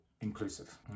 inclusive